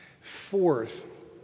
Fourth